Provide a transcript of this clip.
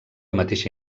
mateixa